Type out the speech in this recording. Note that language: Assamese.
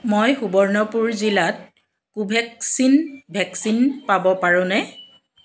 মই সুবৰ্ণপুৰ জিলাত কোভেক্সিন ভেকচিন পাব পাৰোঁনে